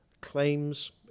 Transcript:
claims